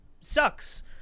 sucks